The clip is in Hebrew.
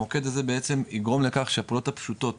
המוקד הזה בעצם יגרום לכך שהפעולות הפשוטות